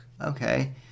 okay